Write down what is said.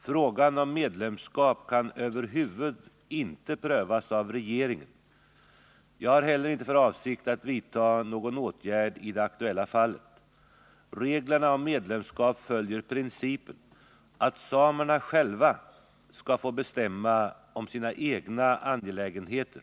Frågan om medlemskap kan över huvud inte prövas av regeringen. Jag har heller inte för avsikt att vidta någon åtgärd i det aktuella fallet. Reglerna om medlemskap följer principen att samerna själva skall få bestämma om sina egna angelägenheter.